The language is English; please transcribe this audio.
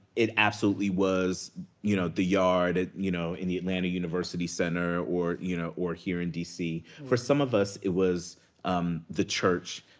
it absolutely was you know the yard you know in the atlanta university center or you know or here in d c. for some of us, it was um the church.